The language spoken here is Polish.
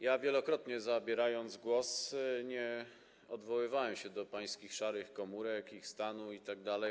Ja, wielokrotnie zabierając głos, nie odwoływałem się do pańskich szarych komórek, ich stanu itd.